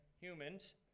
humans